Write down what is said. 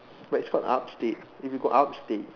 but it's called upstate if you go upstate